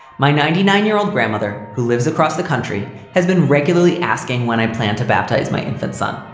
my ninety nine year old grandmother, who lives across the country, has been regularly asking when i plan to baptize my infant son.